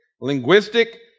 linguistic